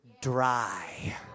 dry